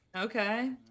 Okay